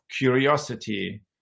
curiosity